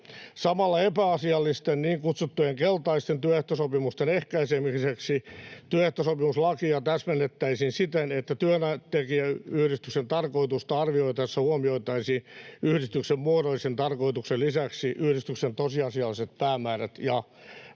Samalla epäasiallisten niin kutsuttujen keltaisten työehtosopimusten ehkäisemiseksi työehtosopimuslakia täsmennettäisiin siten, että työntekijäyhdistyksen tarkoitusta arvioitaessa huomioitaisiin yhdistyksen muodollisen tarkoituksen lisäksi yhdistyksen tosiasialliset päämäärät ja